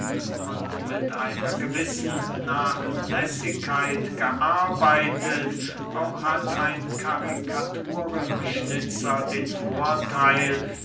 und mit einer gewissen nachlässigkeit gearbeitet auch hat ein karikaturenschnitzer den vortheil